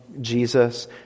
Jesus